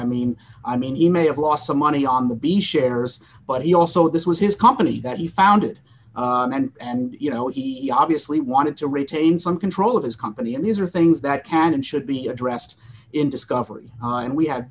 i mean i mean he may have lost some money on the be sharers but he also this was his company that he founded and you know he obviously wanted to retain some control of his company and these are things that can and should be addressed in discovery and we ha